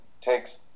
takes